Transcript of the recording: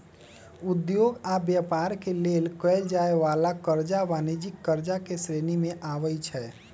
उद्योग आऽ व्यापार के लेल कएल जाय वला करजा वाणिज्यिक करजा के श्रेणी में आबइ छै